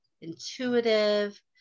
intuitive